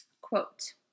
quote